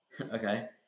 Okay